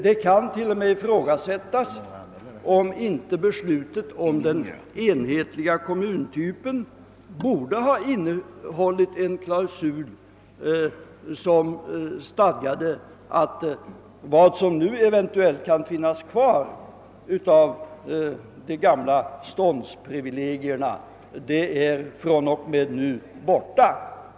Det kan t.o.m. ifrågasättas om inte beslutet om den enhetliga kommuntypen borde ha innehållit en klausul som stadgade att vad som eventuellt kan finnas kvar av de gamla ståndsprivilegierna fr.o.m. nu tas bort.